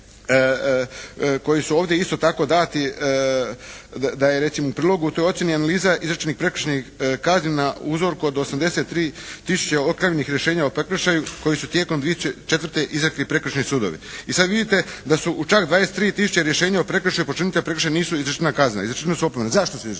koji su ovdje isto tako dati da je recimo u prilogu toj ocjeni analiza izrečenih prekršajnih kazni na uzorku od 83 tisuće … /Ne razumije se./ … rješenja o prekršaju koje su tijekom 2004. izrekli prekršajni sudovi i sada vidite da su u čak 23 tisuće rješenja o prekršaju, počinitelji prekršaja nisu izrečene kazne, izrečene su opomene. Zašto su izrečeni?